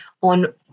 on